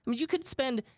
you could spend,